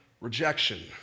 rejection